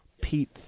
Pete